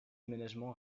aménagements